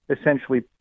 essentially